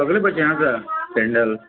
सगले बशे आसा सँडल